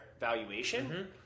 valuation